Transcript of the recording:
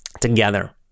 together